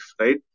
right